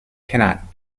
cannot